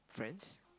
friends